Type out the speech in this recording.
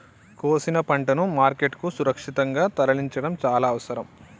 కోసిన పంటను మార్కెట్ కు సురక్షితంగా తరలించడం చాల అవసరం